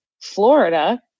Florida